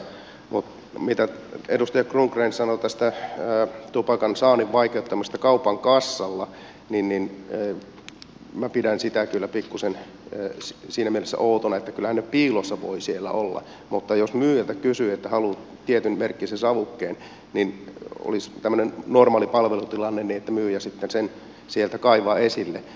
mutta kun edustaja rundgren sanoi tästä tupakan saannin vaikeuttamisesta kaupan kassalla niin minä pidän sitä kyllä pikkuisen siinä mielessä outona että kyllähän ne piilossa voivat siellä olla mutta jos myyjälle sanoo että haluaa tietyn merkkisen savukkeen niin olisi tämmöinen normaali palvelutilanne että myyjä sitten sen sieltä kaivaa esille